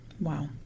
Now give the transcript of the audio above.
Wow